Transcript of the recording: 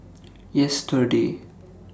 yesterday